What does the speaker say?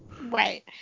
Right